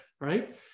right